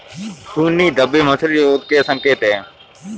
खूनी धब्बे मछली रोग के संकेत हैं